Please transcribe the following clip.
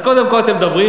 אז,